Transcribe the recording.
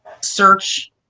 Search